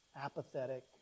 apathetic